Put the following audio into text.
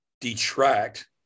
detract